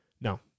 no